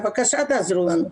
בבקשה תעזרו לנו.